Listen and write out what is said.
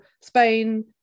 Spain